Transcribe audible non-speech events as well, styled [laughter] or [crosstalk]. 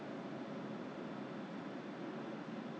[laughs] !aiyo! that's true